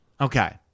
Okay